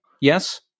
yes